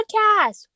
podcast